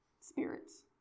spirits